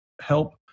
help